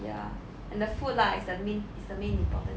ya and the food lah is the main is the main important